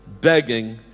begging